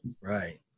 right